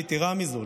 יתרה מזאת,